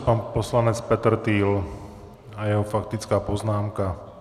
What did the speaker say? Pan poslanec Petrtýl a jeho faktická poznámka.